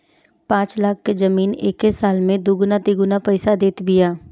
पाँच लाख के जमीन एके साल में दुगुना तिगुना पईसा देत बिया